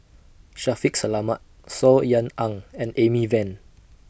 Shaffiq Selamat Saw Ean Ang and Amy Van